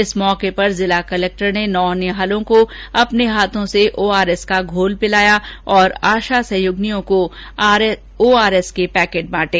इस मौके पर जिला कलेक्टर ने नौनिहालों को अपने हाथों से ओआरएस का घोल पिलाया तथा आशा सहयोगिनियों को ओरआरएस के पैकेट बांटे